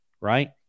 right